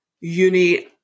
uni